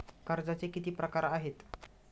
कर्जाचे किती प्रकार आहेत?